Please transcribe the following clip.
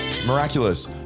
Miraculous